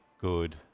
good